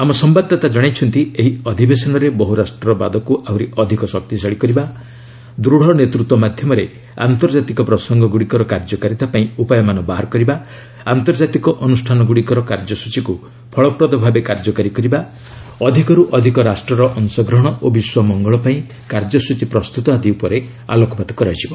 ଆମ ସମ୍ଭାଦଦାତା ଜଣାଇଛନ୍ତି ଏହି ଅଧିବେଶନରେ ବହୁରାଷ୍ଟ୍ରବାଦକୁ ଆହୁରି ଅଧିକ ଶକ୍ତିଶାଳୀ କରିବା ଦୂଢ଼ ନେତୃତ୍ୱ ମାଧ୍ୟମରେ ଆନ୍ତର୍ଜାତିକ ପ୍ରସଙ୍ଗଗୁଡ଼ିକର କାର୍ଯ୍ୟକାରିତା ପାଇଁ ଉପାୟମାନ ବାହାର କରିବା ଆନ୍ତର୍ଜାତିକ ଅନୁଷ୍ଠାନଗୁଡ଼ିକର କାର୍ଯ୍ୟସଚୀକୁ ଫଳପ୍ରଦ ଭାବେ କାର୍ଯ୍ୟକାରୀ କରିବା ଅଧିକରୁ ଅଧିକ ରାଷ୍ଟ୍ରର ଅଂଶଗ୍ରହଣ ଓ ବିଶ୍ୱ ମଙ୍ଗଳ ପାଇଁ କାର୍ଯ୍ୟସୂଚୀ ପ୍ରସ୍ତୁତ ଆଦି ଉପରେ ଆଲୋକପାତ କରାଯିବ